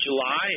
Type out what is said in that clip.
July